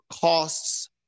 costs